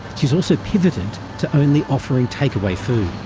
she's also pivoted to only offering takeaway food.